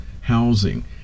housing